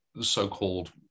so-called